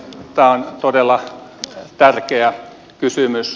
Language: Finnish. tämä on todella tärkeä kysymys